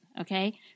okay